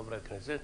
חברי הכנסת.